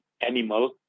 animal